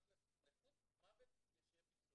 נכות, מוות, שיהיה פיצוי.